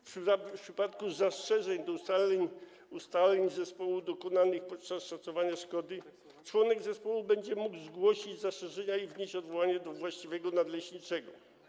W przypadku zastrzeżeń do ustaleń zespołu dokonanych podczas szacowania szkody członek zespołu będzie mógł zgłosić te zastrzeżenia i wnieść odwołanie do właściwego nadleśniczego.